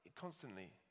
constantly